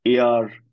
AR